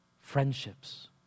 friendships